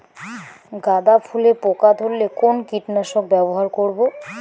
গাদা ফুলে পোকা ধরলে কোন কীটনাশক ব্যবহার করব?